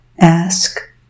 ask